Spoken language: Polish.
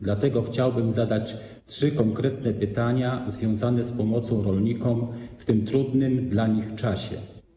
Dlatego chciałbym zadać trzy konkretne pytania związane z pomocą rolnikom w tym trudnym dla nich czasie.